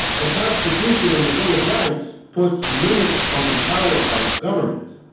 the constitution in the bill of rights puts limits on the power of government,